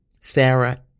Sarah